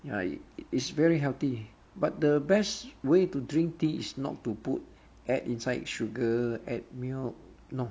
ya it is very healthy but the best way to drink tea is not to put add inside sugar add inside milk no